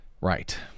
Right